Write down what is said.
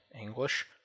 English